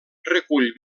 recull